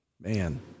man